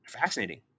fascinating